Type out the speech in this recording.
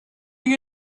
you